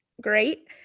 great